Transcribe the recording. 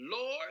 Lord